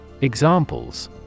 Examples